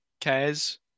cares